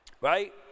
right